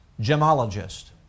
Gemologist